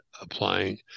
applying